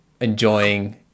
enjoying